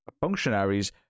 functionaries